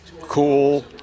cool